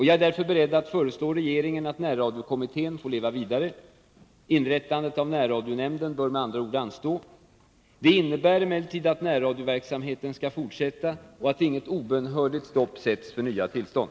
Jag är därför beredd att föreslå regeringen att närradiokommittén får leva vidare. Inrättandet av en närradionämnd bör med andra ord anstå. Det innebär att närradioverksamhet skall fortsätta och att inget obönhörligt stopp sätts för nya tillstånd.